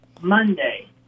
Monday